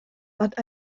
but